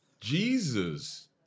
Jesus